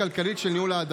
מהמקום.